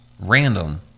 Random